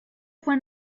fue